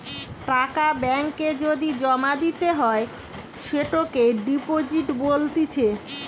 টাকা ব্যাঙ্ক এ যদি জমা দিতে হয় সেটোকে ডিপোজিট বলতিছে